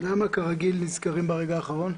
למה כרגיל נזכרים ברגע האחרון?